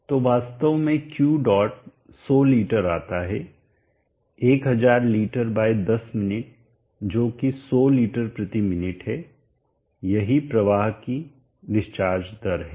तो वास्तव में Q डॉट 100 लीटर आता है 1000 लीटर बाय 10 मिनट जो कि 100 लीटर प्रति मिनट है यही प्रवाह की डिस्चार्ज दर है